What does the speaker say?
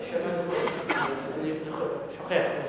אני שוכח.